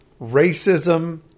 racism